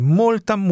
molta